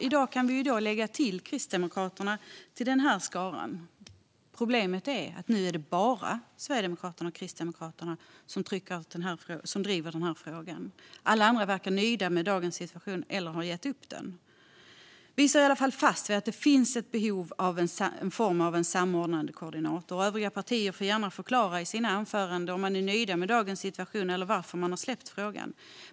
I dag kan vi lägga till Kristdemokraterna till den skaran. Problemet är att nu är det bara Sverigedemokraterna och Kristdemokraterna som driver frågan. Alla andra verkar vara nöjda med dagens situation eller har gett upp frågan. Vi står i alla fall fast vid att det finns ett behov av någon form av samordnande koordinator. Övriga partier får gärna förklara i sina anföranden om de är nöjda med dagens situation eller varför de har släppt frågan.